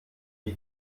die